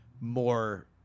more